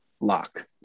lock